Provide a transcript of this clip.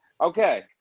Okay